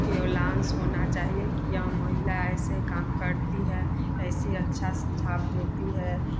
allowance होना चाहिए कि यह महिला ऐसे काम करती है ऐसे अच्छा सुझाव देती है